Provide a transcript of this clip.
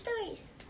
stories